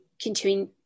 continuing